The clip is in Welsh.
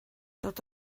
dod